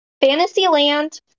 Fantasyland